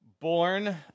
born